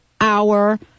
hour